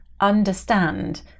understand